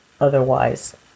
otherwise